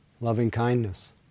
loving-kindness